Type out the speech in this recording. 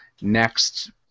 next